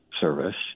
service